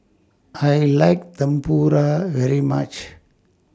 I like Tempura very much